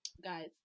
guys